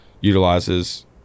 utilizes